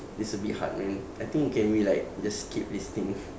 it's a bit hard man I think we can we like just skip this thing